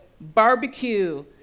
barbecue